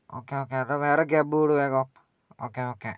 okay okay എന്നാൽ വേറെ cab വിട് വേഗം ഓക്കെ ഓക്കെ